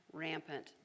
rampant